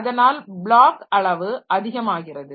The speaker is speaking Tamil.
அதனால் பிளாக் அளவு அதிகமாகிறது